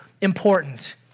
important